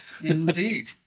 Indeed